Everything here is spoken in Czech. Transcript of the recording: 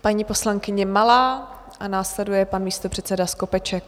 Paní poslankyně Malá a následuje pan místopředseda Skopeček.